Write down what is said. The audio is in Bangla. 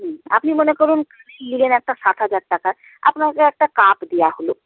হুম আপনি মনে করুন হীরের একটা ষাট হাজার টাকার আপনাকে একটা কাপ দেওয়া হল